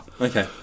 Okay